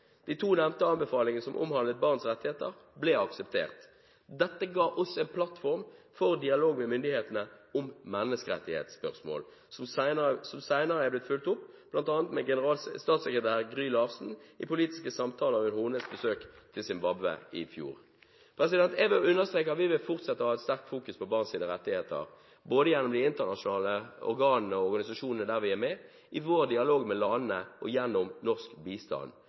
De to nevnte anbefalingene som omhandlet barns rettigheter, ble akseptert. Dette ga oss en plattform for dialog med myndighetene om menneskerettighetsspørsmål, som senere er blitt fulgt opp bl.a. av statssekretær Gry Larsen i politiske samtaler under hennes besøk til Zimbabwe i fjor. Jeg vil understreke at vi vil fortsette å ha et sterkt fokus på barns rettigheter både gjennom de internasjonale organene og organisasjonene der vi er med, i vår dialog med landene og gjennom norsk bistand.